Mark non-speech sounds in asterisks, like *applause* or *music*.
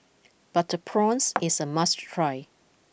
Butter Prawns *noise* is a must try